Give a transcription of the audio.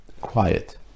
Quiet